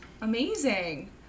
amazing